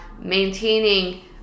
maintaining